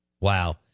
Wow